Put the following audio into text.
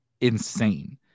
insane